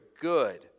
good